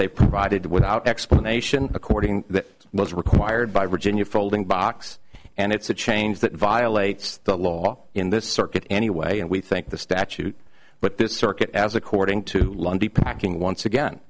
they provided without explanation according that was required by virginia folding box and it's a change that violates the law in this circuit anyway and we think the statute but this circuit as according to lundy packing once again